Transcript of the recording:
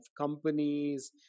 companies